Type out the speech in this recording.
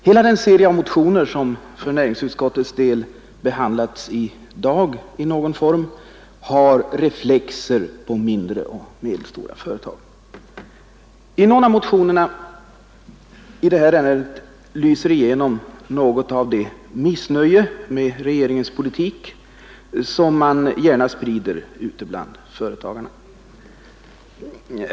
Hela den serie motioner som för näringsutskottets del behandlas i dag har i någon form reflexer på mindre och medelstora företag. I några av motionerna i detta ärende lyser igenom något av det missnöje med regeringens politik som man gärna sprider bland företagare ute i landet.